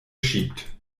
schiebt